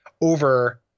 over